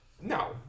No